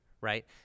Right